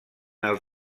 els